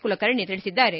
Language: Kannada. ಕುಲಕರ್ಣೆ ತಿಳಿಸಿದ್ದಾರೆ